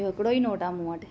इहो हिकिड़ो ई नोट आहे मूं वटि